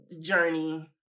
journey